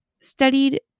studied